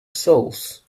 souls